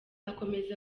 akomeza